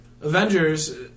Avengers